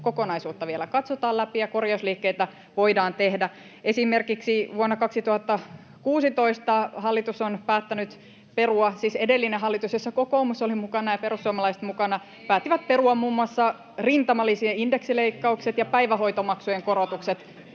kokonaisuutta vielä katsotaan läpi ja korjausliikkeitä voidaan tehdä. Esimerkiksi vuonna 2016 hallitus on päättänyt perua — siis edellinen hallitus, jossa olivat mukana kokoomus ja perussuomalaiset — muun muassa rintamalisien indeksileikkaukset ja päivähoitomaksujen korotukset.